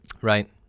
Right